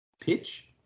pitch